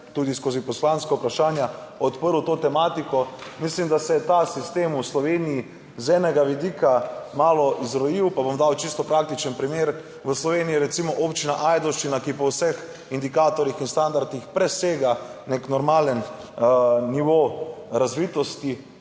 tudi skozi poslanska vprašanja odprl to tematiko. Mislim, da se je ta sistem v Sloveniji z enega vidika malo izrodil, pa bom dal čisto praktičen primer. V Sloveniji je recimo občina Ajdovščina, ki po vseh indikatorjih in standardih presega nek normalen nivo razvitosti,